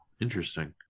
interesting